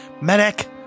Medic